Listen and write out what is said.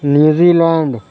New Zealand